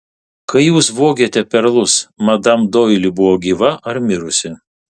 kai jūs vogėte perlus madam doili buvo gyva ar mirusi